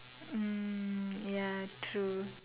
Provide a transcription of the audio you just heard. hmm ya true